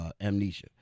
amnesia